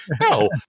No